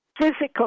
physical